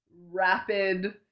rapid